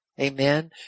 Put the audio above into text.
amen